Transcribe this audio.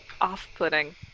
off-putting